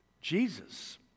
Jesus